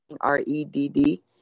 R-E-D-D